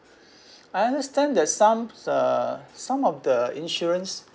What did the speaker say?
I understand that some uh some of the insurance